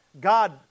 God